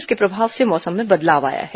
इसके प्रभाव से मौसम में बदलाव आया है